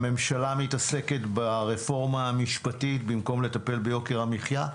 הממשלה מתעסקת ברפורמה המשפטית במקום לטפל ביוקר המחיה.